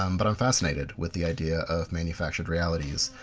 um but i'm fascinated with the idea of manufactured realities,